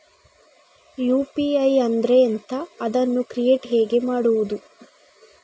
UPI ಅಂದ್ರೆ ಎಂಥ? ಅದನ್ನು ಕ್ರಿಯೇಟ್ ಹೇಗೆ ಮಾಡುವುದು?